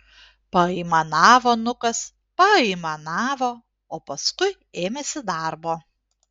paaimanavo nukas paaimanavo o paskui ėmėsi darbo